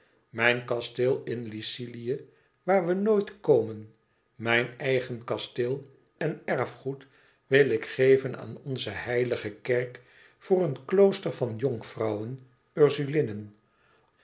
mijn kasteel in lycilië waar we nooit komen mijn eigen kasteel en erfgoed wil ik geven aan onze heilige kerk voor een klooster van jonkvrouwen